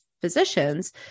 physicians